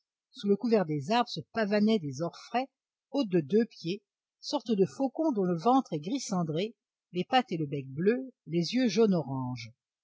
sous le couvert des arbres se pavanaient des orfraies hautes de deux pieds sortes de faucons dont le ventre est gris cendré les pattes et le bec bleus les yeux jaune orange